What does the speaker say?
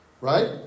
Right